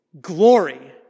Glory